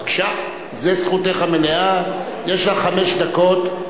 בבקשה, זאת זכותך המלאה, יש לך חמש דקות.